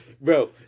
bro